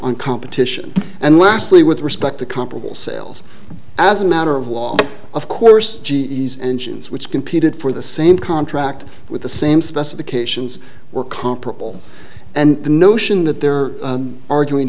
on competition and lastly with respect to comparable sales as a matter of law of course g e is engines which competed for the same contract with the same specifications were comparable and the notion that they're arguing